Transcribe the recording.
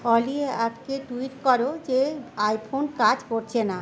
অলি app কে tweet কর যে আইফোন কাজ করছে না